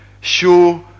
show